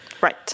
right